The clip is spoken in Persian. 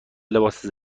لباس